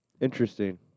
Interesting